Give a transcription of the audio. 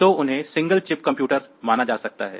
तो उन्हें single chip computer माना जा सकता है